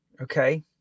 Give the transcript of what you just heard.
okay